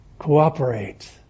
Cooperate